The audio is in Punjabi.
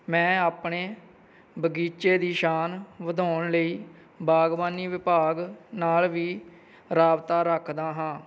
ਮੈਂ ਆਪਣੇ ਬਗੀਚੇ ਦੀ ਸ਼ਾਨ ਵਧਾਉਣ ਲਈ ਬਾਗਬਾਨੀ ਵਿਭਾਗ ਨਾਲ ਵੀ ਰਾਬਤਾ ਰੱਖਦਾ ਹਾਂ